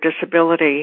disability